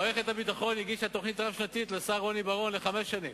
מערכת הביטחון הגישה לשר רוני בר-און תוכנית רב-שנתית לחמש שנים.